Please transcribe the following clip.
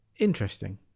interesting